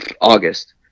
august